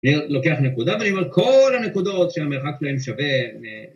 אני לוקח נקודה ואני אומר, כל הנקודות שהמרחק שלהן שווה...